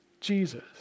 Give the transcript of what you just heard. Jesus